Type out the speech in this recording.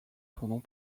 pendant